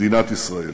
מדינת ישראל,